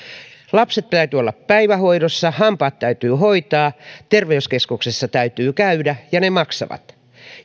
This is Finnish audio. lasten täytyy olla päivähoidossa hampaat täytyy hoitaa terveyskeskuksessa täytyy käydä ja ne maksavat